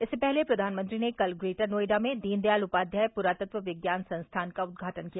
इससे पहले प्रधानमंत्री ने कल ग्रेटर नोएडा में दीनदयाल उपाध्याय पुरातत्व विज्ञान संस्थान का उद्घाटन किया